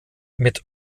mit